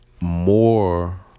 more